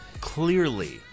Clearly